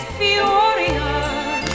furious